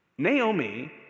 Naomi